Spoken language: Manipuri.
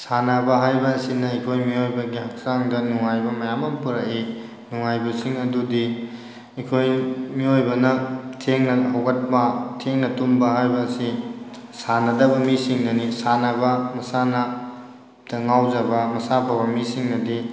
ꯁꯥꯟꯅꯕ ꯍꯥꯏꯕ ꯑꯁꯤꯅ ꯑꯩꯈꯣꯏ ꯃꯤꯌꯣꯏꯕꯒꯤ ꯍꯛꯆꯥꯡꯗ ꯅꯨꯡꯉꯥꯏꯕ ꯃꯌꯥꯝ ꯑꯃ ꯄꯨꯔꯛꯏ ꯅꯨꯡꯉꯥꯏꯕꯁꯤꯡ ꯑꯗꯨꯗꯤ ꯑꯩꯈꯣꯏ ꯃꯤꯌꯣꯏꯕꯅ ꯊꯦꯡꯅ ꯍꯧꯒꯠꯄ ꯊꯦꯡꯅ ꯇꯨꯝꯕ ꯍꯥꯏꯕ ꯑꯁꯤ ꯁꯥꯟꯅꯗꯕ ꯃꯤꯁꯤꯡꯗꯅꯤ ꯁꯥꯟꯅꯕ ꯃꯁꯥꯟꯅꯗ ꯉꯥꯎꯖꯕ ꯃꯁꯥ ꯐꯕ ꯃꯤꯁꯤꯡꯅꯗꯤ